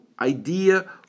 idea